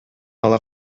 ала